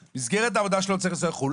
במסגרת העבודה שלו הוא צריך לנסוע לחו"ל,